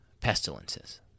pestilences